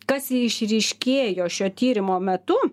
kas išryškėjo šio tyrimo metu